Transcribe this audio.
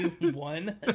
one